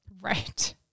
right